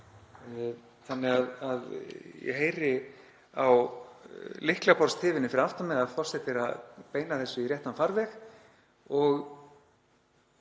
hann mætir. Ég heyri á lyklaborðstifinu fyrir aftan mig að forseti er að beina þessu í réttan farveg og